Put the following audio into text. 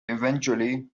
eventually